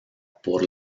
por